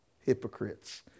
hypocrites